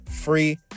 free